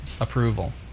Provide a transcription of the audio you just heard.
approval